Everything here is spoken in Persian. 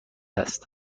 است